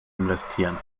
investieren